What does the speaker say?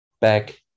back